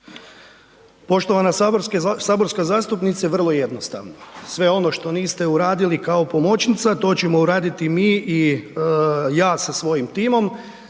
Poštovana saborska zastupnice, vrlo jednostavno. Sve ono što niste uradili kao pomoćnica, to ćemo uraditi mi i ja sa svojim timom.